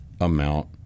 amount